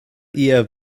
eher